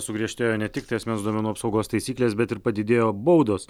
sugriežtėjo ne tiktai asmens duomenų apsaugos taisyklės bet ir padidėjo baudos